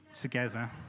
together